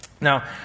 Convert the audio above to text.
Now